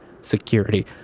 security